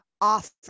offer